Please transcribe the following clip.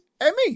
Emmy